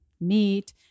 meat